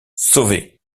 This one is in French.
sauvé